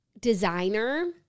Designer